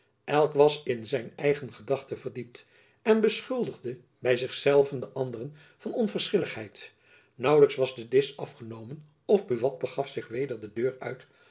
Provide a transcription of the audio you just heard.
elk was in zijn eigen gedachten verdiept en beschuldigde by zich zelven den anderen van onverschilligheid naauwelijks was de disch afgenomen of buat begaf zich weder de deur